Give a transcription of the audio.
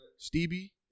Stevie